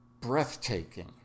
breathtaking